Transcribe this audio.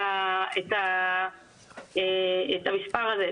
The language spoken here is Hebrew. את המספר הזה.